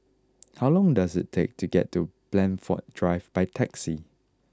how long does it take to get to Blandford Drive by taxi